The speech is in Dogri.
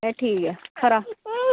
चल ठीक ऐ खरा